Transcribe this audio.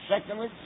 Secondly